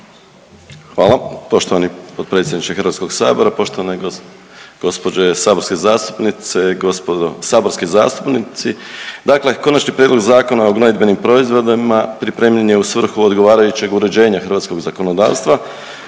Hvala. Poštovani potpredsjedniče HS-a, poštovane gospođe saborske zastupnice, gospodo saborski zastupnici. Dakle, Konačni prijedlog Zakona o gnojidbenim proizvodima pripremljen je u svrhu odgovarajućeg uređenja hrvatskog zakonodavstva